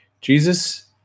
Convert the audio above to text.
Jesus